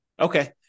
Okay